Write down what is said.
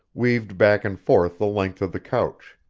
weaved back and forth the length of the couch.